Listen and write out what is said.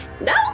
No